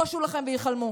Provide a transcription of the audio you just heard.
בושו והיכלמו.